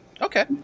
Okay